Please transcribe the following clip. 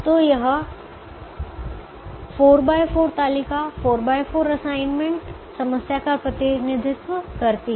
तो यह 4 x 4 तालिका 4 x 4 असाइनमेंट समस्या का प्रतिनिधित्व करती है